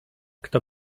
kto